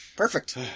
Perfect